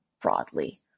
broadly